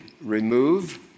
remove